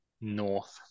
North